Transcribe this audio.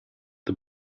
the